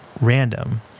random